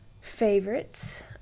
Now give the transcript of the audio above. favorites